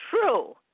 true